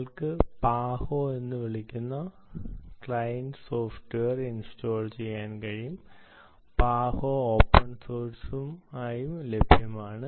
നിങ്ങൾക്ക് PAHO എന്ന് വിളിക്കുന്ന ക്ലയന്റ് സോഫ്റ്റ്വെയർ ഇൻസ്റ്റാൾ ചെയ്യാൻ കഴിയും PAHO ഓപ്പൺ സോഴ്സായും ലഭ്യമാണ്